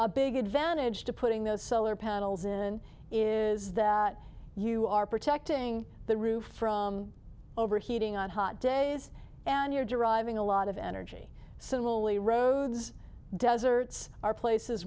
a big advantage to putting those solar panels in is that you are protecting the roof from overheating on hot days and you're deriving a lot of energy similarly roads deserts are places